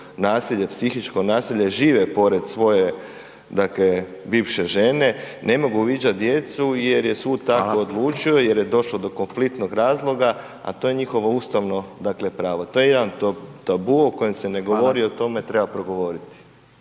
nasilje, psihičko nasilje. Žive pored svoje bivše žene, ne mogu viđati djecu jer je sud tako odlučio jer je došlo do konfliktnog razloga, to je njihovo ustavno pravo. To je jedan tabu o kojem se ne govori, a o tome treba progovoriti.